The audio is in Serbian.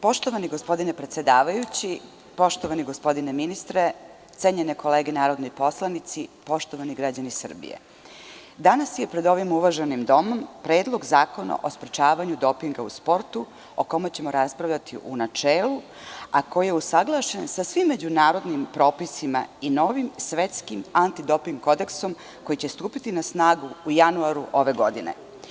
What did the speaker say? Poštovani gospodine predsedavajući, poštovani gospodine ministre, cenjene kolege narodni poslanici, poštovani građani Srbije, danas je pred ovim uvaženim domom Predlog zakona o sprečavanju dopinga u sportu o kome ćemo raspravljati u načelu, a koji je usaglašen sa svim međunarodnim propisima i novim svetskim anti doping kodeksom koji će stupiti na snagu u januaru ove godine.